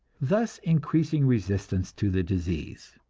thus increasing resistance to the disease.